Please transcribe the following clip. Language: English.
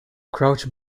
crouch